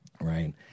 right